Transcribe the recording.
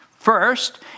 First